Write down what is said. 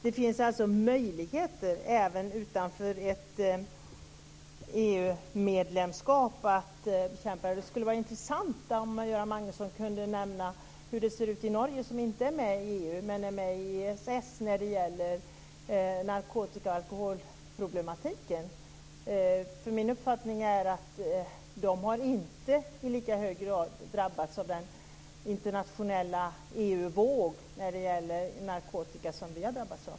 Det finns alltså möjligheter att kämpa även utanför ett EU Det skulle vara intressant om Göran Magnusson kunde nämna hur det ser ut i Norge - som inte är med i EU, men är med i EES - när det gäller narkotikaoch alkoholproblematiken. Min uppfattning är att det inte i lika hög grad har drabbats av den internationella EU-våg av narkotika som vi har drabbats av.